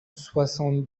soixante